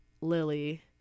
Lily